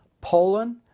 Poland